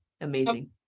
amazing